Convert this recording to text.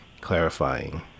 clarifying